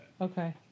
Okay